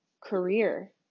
career